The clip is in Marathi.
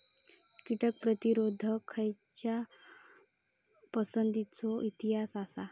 कीटक प्रतिरोधक खयच्या पसंतीचो इतिहास आसा?